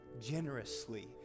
generously